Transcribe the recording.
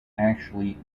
actually